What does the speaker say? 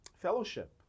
Fellowship